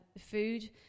food